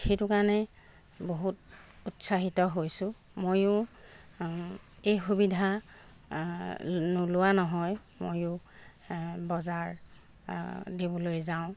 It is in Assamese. সেইটো কাৰণে বহুত উৎসাহিত হৈছোঁ মইয়ো এই সুবিধা নোলোৱা নহয় মইয়ো বজাৰ দিবলৈ যাওঁ